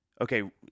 okay